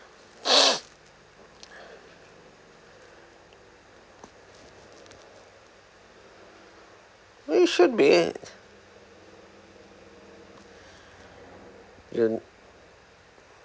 well you should be it then